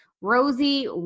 Rosie